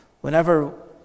whenever